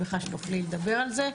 אני מניחה שתוכלי לדבר על זה.